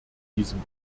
diesem